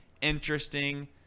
interesting